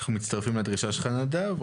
אנחנו מצטרפים לדרישה שלך, נדב.